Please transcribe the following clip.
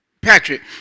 Patrick